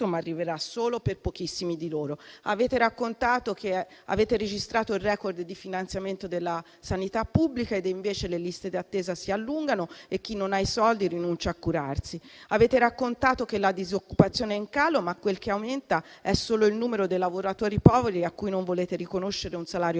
ma arriverà solo per pochissimi di loro. Avete raccontato che avete registrato il record di finanziamento della sanità pubblica ed invece le liste d'attesa si allungano e chi non ha i soldi rinuncia a curarsi. Avete raccontato che la disoccupazione è in calo, ma quel che aumenta è solo il numero dei lavoratori poveri a cui non volete riconoscere un salario minimo.